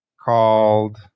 called